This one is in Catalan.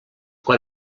quan